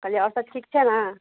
कहियौ आओर सब ठीक छै ने